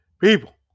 people